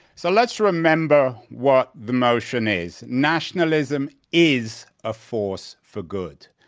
so let's remember what the motion is. nationalism is a force for good.